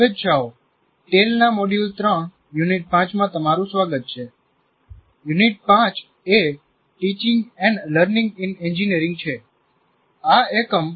શુભેચ્છાઓ ટેલ ના મોડ્યુલ 3 યુનિટ 5 માં તમારું સ્વાગત છે યુનિટ - 5 એ teaching and learning in engineering છે